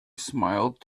smiled